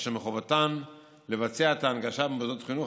ומחובתן לבצע את ההנגשה במוסדות החינוך,